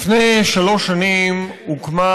לפני שלוש שנים הוקמה